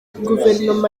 guverinoma